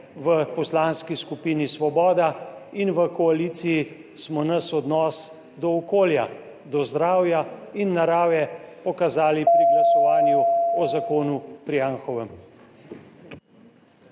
v Poslanski skupini Svoboda in v koaliciji smo naš odnos do okolja, do zdravja in narave pokazali pri glasovanju o zakonu o Anhovem.